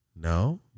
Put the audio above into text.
No